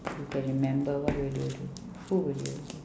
you can remember what would you do who would you do